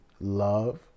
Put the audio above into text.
love